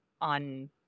on